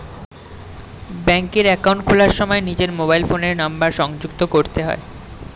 ব্যাঙ্কে অ্যাকাউন্ট খোলার সময় নিজের মোবাইল ফোনের নাম্বার সংযুক্ত করতে হয়